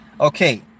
okay